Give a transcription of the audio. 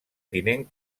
tinent